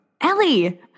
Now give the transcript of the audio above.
Ellie